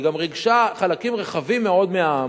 והיא גם ריגשה חלקים רחבים מאוד מהעם.